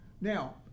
now